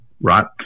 right